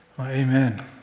Amen